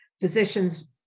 physicians